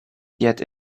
yet